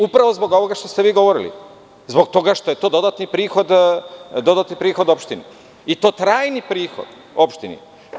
Upravo zbog ovoga što ste vi govorili, zbog toga što je to dodatni prihod opštini i to trajni prihod opštini.